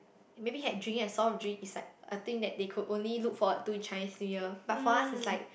maybe had drink and soft drink is like a thing that they could only look forward to in Chinese New Year but for us it's like